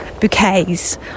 bouquets